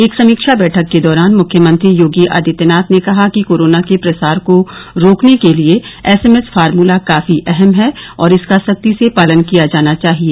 एक समीक्षा बैठक के दौरान मुख्यमंत्री योगी आदित्यनाथ ने कहा कि कोरोना के प्रसार को रोकने के लिए एसएमएस फॉर्मला काफी अहम है और इसका सख्ती से पालन किया जाना चाहिए